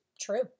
true